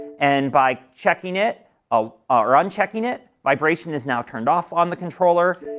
and by checking it ah or unchecking it, vibration is now turned off on the controller,